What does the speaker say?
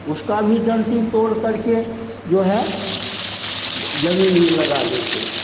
उसका भी डंटी तोड़ करके जो है जमीन में लगा देते हैं